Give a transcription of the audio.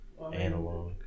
Analog